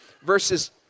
verses